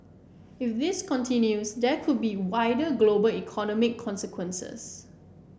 if this continues there could be wider global economic consequences